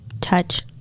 touch